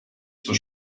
zur